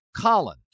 Colin